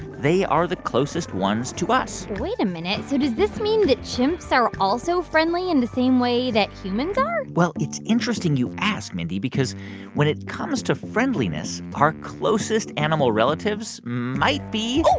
they are the closest ones to us wait a minute. so does this mean that chimps are also friendly in the same way that humans are? well, it's interesting you ask, mindy, because when it comes to friendliness, our closest animal relatives might be. oh,